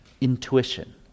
intuition